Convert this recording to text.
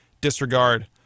disregard